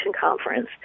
conference